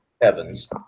Evans